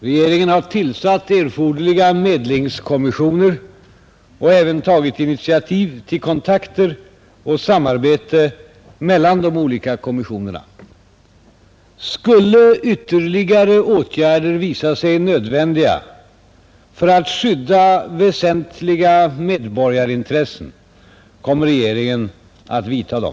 Regeringen har tillsatt erforderliga medlingskommissioner och även tagit initiativ till kontakter och samarbete mellan de olika kommissionerna. Skulle ytterligare åtgärder visa sig nödvändiga för att skydda väsentliga medborgarintressen kommer regeringen att vidta dem.